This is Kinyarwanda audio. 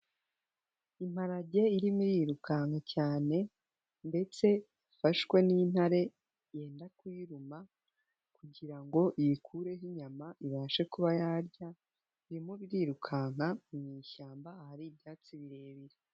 Imparage irimo irirukanka cyane, ndetse ifashwe n'intare, yenda kuyiruma, kugira ngo iyikureho inyama ibashe kuba yarya, birimo birirukanka ni mu ishyamba ahari ibyatsi birebire.